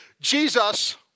Jesus